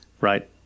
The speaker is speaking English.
Right